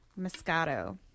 moscato